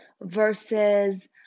versus